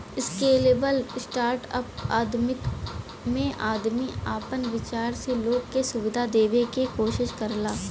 scalable startup उद्यमिता में आदमी आपन विचार से लोग के सुविधा देवे क कोशिश करला